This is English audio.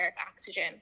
oxygen